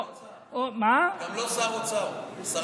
גם לא שרת אוצר.